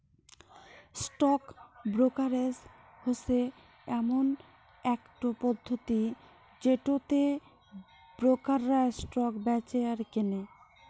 stock brokerage হসে এমন একটো পদ্ধতি যেটোতে ব্রোকাররা স্টক বেঁচে আর কেনে